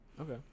Okay